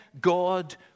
God